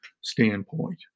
standpoint